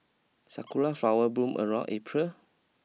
sakura flower bloom around April